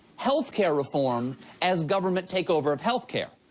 health care reform as government takeover of health care.